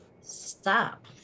Stop